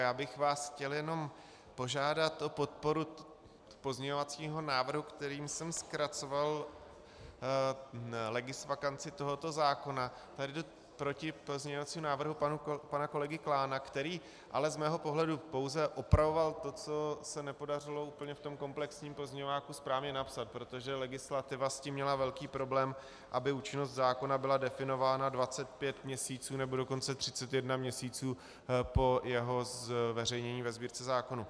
Já bych vás chtěl jenom požádat o podporu pozměňovacího návrhu, kterým jsem zkracoval legisvakanci tohoto zákona, který jde proti pozměňovacímu návrhu pana kolegy Klána, který ale z mého pohledu pouze opravoval to, co se nepodařilo úplně v tom komplexním pozměňováku správně napsat, protože legislativa s tím měla velký problém, aby účinnost zákona byla definována 25 měsíců nebo dokonce 31 měsíců po jeho zveřejnění ve Sbírce zákonů.